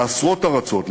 בעשרות ארצות,